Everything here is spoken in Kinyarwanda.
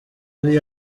ari